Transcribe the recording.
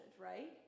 right